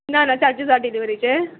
ना ना चार्जीस आसा डिलिव्हरीचे